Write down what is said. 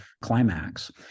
climax